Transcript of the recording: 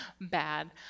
Bad